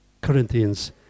Corinthians